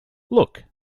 look